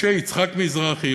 משה-יצחק מזרחי,